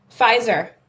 Pfizer